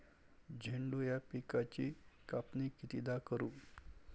झेंडू या पिकाची कापनी कितीदा करू?